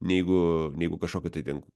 negu negu kažkokiu tai ten